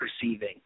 perceiving